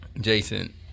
Jason